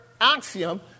axiom